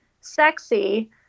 sexy